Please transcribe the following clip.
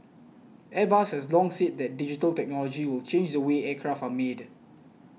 Airbus has long said that digital technology will change the way aircraft are made